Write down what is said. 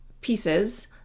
pieces